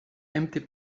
empty